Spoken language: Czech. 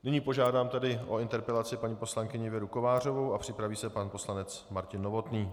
Nyní požádám tedy o interpelaci paní poslankyni Věru Kovářovou a připraví se pan poslanec Martin Novotný.